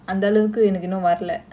parents don't allow